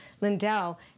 lindell